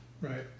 right